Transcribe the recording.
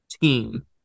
team